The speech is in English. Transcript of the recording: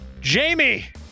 Jamie